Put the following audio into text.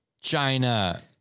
China